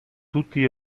tutti